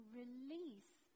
release